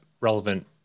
relevant